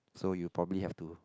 so you probably have to